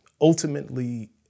ultimately